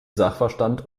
sachverstand